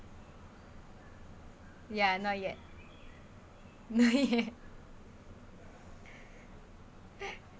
ya not yet not yet